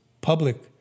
public